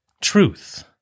truth